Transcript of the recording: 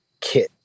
kit